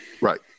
Right